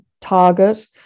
Target